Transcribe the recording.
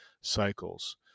cycles